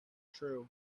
true